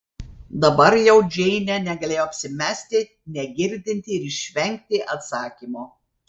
dabar jau džeinė negalėjo apsimesti negirdinti ir išvengti atsakymo